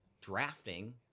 drafting